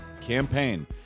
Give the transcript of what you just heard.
campaign